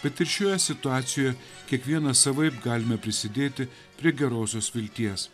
bet ir šioje situacijoje kiekvienas savaip galime prisidėti prie gerosios vilties